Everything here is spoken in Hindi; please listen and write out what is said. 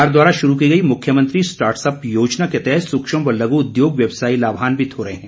सरकार द्वारा शुरू की गई मुख्यमंत्री स्टार्टअप योजना के तहत सुक्ष्म व लघु उद्योग व्यवसायी लाभान्वित हो रहे हैं